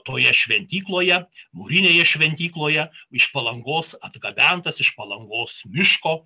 toje šventykloje mūrinėje šventykloje iš palangos atgabentas iš palangos miško